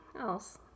else